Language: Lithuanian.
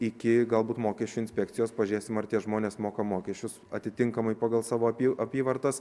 iki galbūt mokesčių inspekcijos pažiūrėsim ar tie žmonės moka mokesčius atitinkamai pagal savo apyvartas